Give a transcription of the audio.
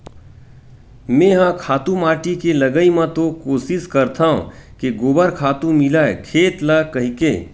मेंहा खातू माटी के लगई म तो कोसिस करथव के गोबर खातू मिलय खेत ल कहिके